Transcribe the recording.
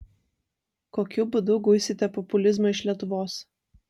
kokiu būdu guisite populizmą iš lietuvos